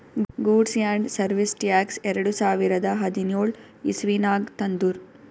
goods and service tax ಎರಡು ಸಾವಿರದ ಹದಿನ್ಯೋಳ್ ಇಸವಿನಾಗ್ ತಂದುರ್